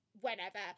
whenever